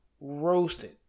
roasted